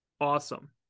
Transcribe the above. Awesome